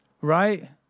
right